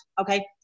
okay